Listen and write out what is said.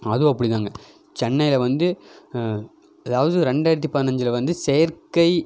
அதுவும் அப்படி தாங்க சென்னையில் வந்து அதாவது ரெண்டாயிரத்து பதினைஞ்சுல வந்து செயற்கை